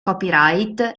copyright